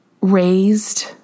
raised